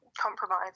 compromise